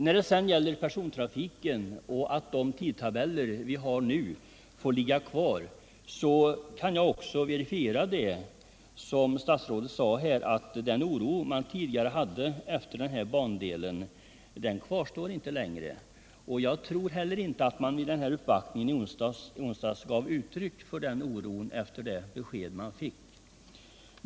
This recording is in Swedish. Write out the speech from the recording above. När det sedan gäller persontrafiken och att de tidtabeller vi har nu får ligga kvar kan jag verifiera vad statsrådet sade, nämligen att den oro man tidigare kände efter den här bandelen inte längre kvarstår. Jag tror heller inte att man vid uppvaktningen i onsdags gav uttryck för någon sådan oro efter det besked man fick.